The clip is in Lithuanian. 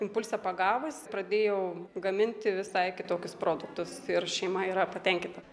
impulsą pagavus pradėjau gaminti visai kitokius produktus ir šeima yra patenkinta